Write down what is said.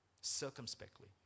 circumspectly